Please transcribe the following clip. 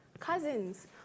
cousins